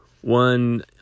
One